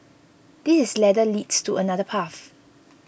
this ladder leads to another path